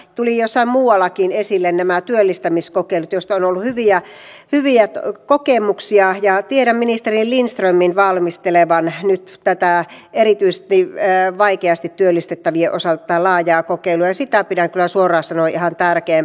etulinjassa tietoa minkä verran mikin ely keskus rahaa saa ja tätä tietoa ely keskukset todella odottavat että voivat miettiä mille teille kunnostuksia laitetaan